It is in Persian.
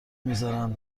میزارن